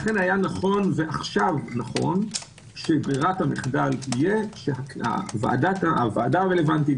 לכן היה נכון ועכשיו נכון שברירת המחדל תהיה שהוועדה הרלוונטית,